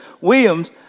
Williams